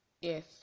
Yes